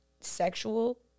sexual